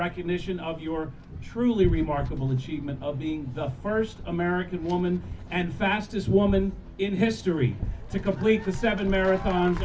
recognition of you are truly remarkable achievement of being the first american woman and fastest woman in history to complete the seven marathons